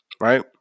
Right